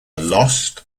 lost